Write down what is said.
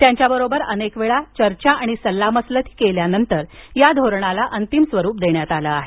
त्यांच्याबरोबर अनेकवेळा चर्चा आणि सल्लामसलती केल्यानंतर या धोरणाला अंतिम स्वरूप देण्यात आलं आहे